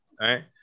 right